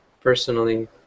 personally